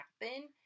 happen